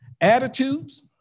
attitudes